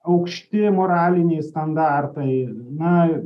aukšti moraliniai standartai na